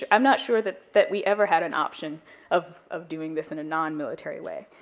um i'm not sure that that we ever had an option of of doing this in a non-military way,